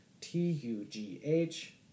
T-U-G-H